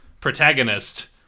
protagonist